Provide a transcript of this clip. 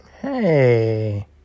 Hey